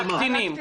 על הקטינים.